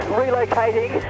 relocating